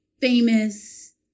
famous